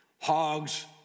Hogs